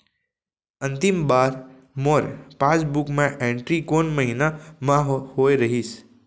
अंतिम बार मोर पासबुक मा एंट्री कोन महीना म होय रहिस?